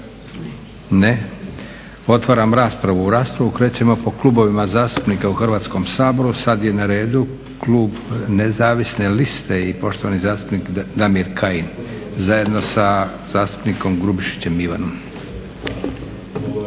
Ne. Otvaram raspravu. U raspravu krećemo po klubovima zastupnika u Hrvatskom saboru. sada je na redu Klub nezavisne liste i poštovani zastupnik Damir Kajin, zajedno sa zastupnikom Grubišić Ivanom.